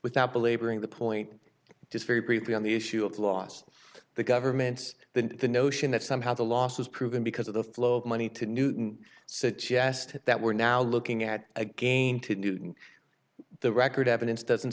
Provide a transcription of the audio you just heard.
without belaboring the point just very briefly on the issue of lost the government's then the notion that somehow the loss was proven because of the flow of money to newton suggested that we're now looking at again to do the record evidence doesn't